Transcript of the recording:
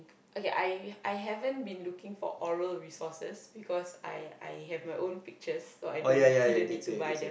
okay I I haven't been looking for Oral resources because I I have my own pictures so I don't see the need to buy them